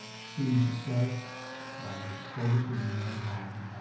student success by focusing in on